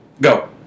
Go